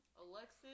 Alexis